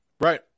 right